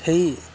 সেই